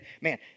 man